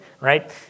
right